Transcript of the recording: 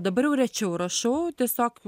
dabar jau rečiau rašau tiesiog